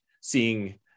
seeing